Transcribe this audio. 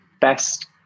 best